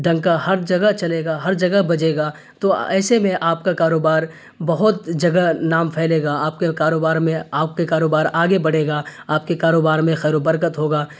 ڈنکا ہر جگہ چلے گا ہر جگہ بجے گا تو ایسے میں آپ کا کاروبار بہت جگہ نام پھیلے گا آپ کے کاروبار میں آپ کے کاروبار آگے بڑھے گا آپ کے کاروبار میں خیر و برکت ہوگا